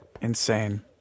insane